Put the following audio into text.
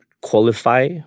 qualify